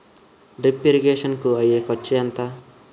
Drip irrigation కూ అయ్యే ఖర్చు ఎంత?